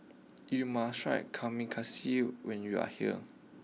you must try Kamameshi when you are here